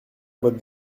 boîte